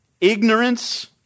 ignorance